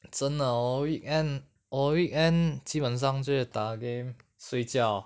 真的 hor weekend 我 weekend 今晚会打 game 睡觉